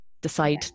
decide